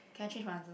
can I change my answer